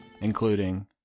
including